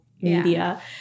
media